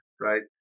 right